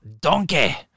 donkey